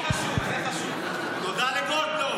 תודה לגולדקנופ.